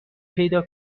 پیدا